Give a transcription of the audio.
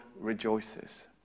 rejoices